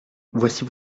voici